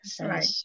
Right